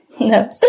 No